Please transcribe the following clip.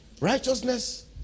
righteousness